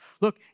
Look